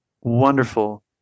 wonderful